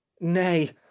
Nay